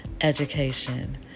education